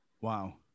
Wow